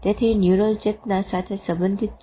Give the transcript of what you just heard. તેથી ન્યુરલ ચેતના સાથે સંબંધીત છે